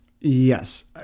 Yes